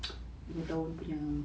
lima tahun punya